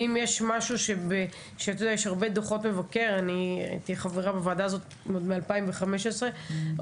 אני חברה בוועדה הזאת עוד מ-2015,